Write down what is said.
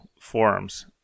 forums